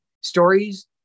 stories